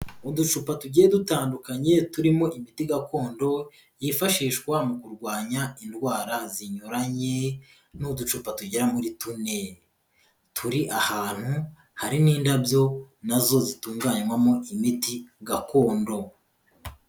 Uducupa tugiye dutandukanye turimo imiti gakondo yifashishwa mu kurwanya indwara zinyuranye, ni uducupa tugera muri tune. Turi ahantu hari n'indabyo na zo zitunganywamo imiti gakondo.